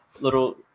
little